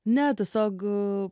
ne tiesiog